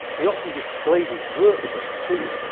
he often displayed his work there too.